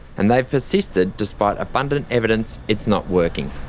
and they have persisted despite abundant evidence it's not working.